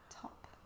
top